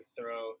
throw